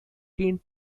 tien